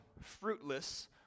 fruitless